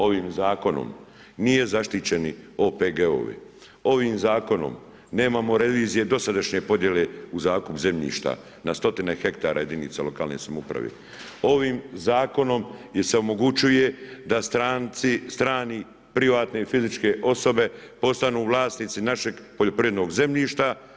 Ovim zakonom nije zaštićen OPG, ovim zakonom nemamo revizije dosadašnje podjela u zakup zemljišta na stotine hektara jedinica lokalne samouprave, ovim zakonom se omogućuje da stranci strani privatne i fizičke osobe postanu vlasnici našeg poljoprivrednog zemljišta.